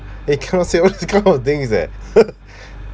eh come say what kind of thing is that